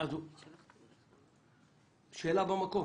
שאלה במקום.